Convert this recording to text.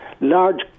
large